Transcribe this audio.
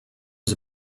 was